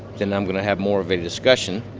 then i'm going to have more of a discussion,